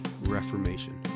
reformation